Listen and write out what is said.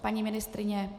Paní ministryně?